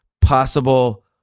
possible